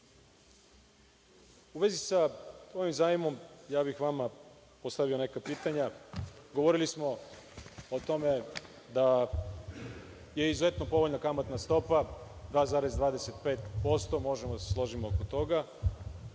vezi sa ovim zajmom ja bih vama postavio neka pitanja. Govorili smo o tome da je izuzetno povoljna kamatna stopa 2,25% možemo da se složimo oko toga,